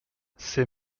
c’est